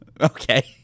okay